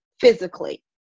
physically